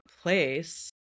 place